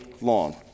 long